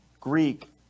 Greek